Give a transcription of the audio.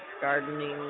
gardening